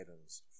items